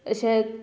अशें